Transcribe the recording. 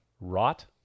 Rot